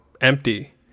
empty